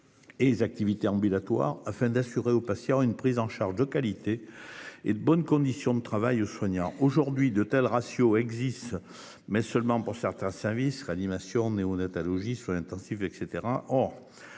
les activités ambulatoires, afin d'assurer aux patients une prise en charge de qualité et de bonnes conditions de travail aux soignants. Aujourd'hui, de tels ratios existent, mais seulement pour certains services- réanimation, néonatologie, soins intensifs, etc.